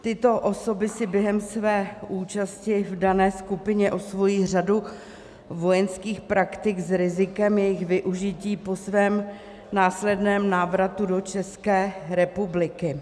Tyto osoby si během své účasti v dané skupině osvojí řadu vojenských praktik s rizikem jejich využití po svém následném návratu do České republiky.